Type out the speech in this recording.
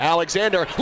Alexander